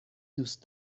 دوست